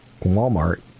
walmart